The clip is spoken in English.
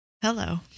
Hello